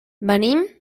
venim